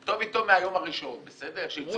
טוב מהיום הראשון, בסדר?